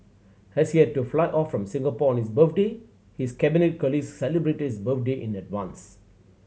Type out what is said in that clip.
as he had to fly off from Singapore on his birthday his Cabinet colleagues celebrated his birthday in advance